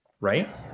right